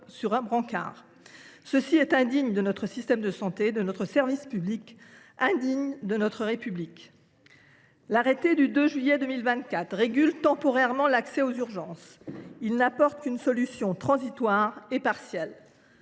sur un brancard. C’est indigne de notre système de santé, de notre service public et de notre République ! L’arrêté du 2 juillet 2024 relatif à la régulation temporaire de l’accès aux urgences n’apporte qu’une solution transitoire et partielle.